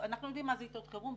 - אנחנו יודעים מה זה עיתות חירום.